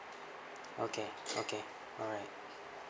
okay okay alright